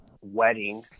wedding